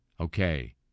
Okay